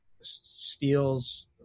steals